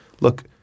Look